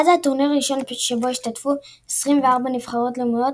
היה זה הטורניר הראשון שבו השתתפו 24 נבחרות לאומיות,